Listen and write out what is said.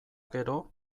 gero